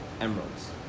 emeralds